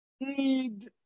need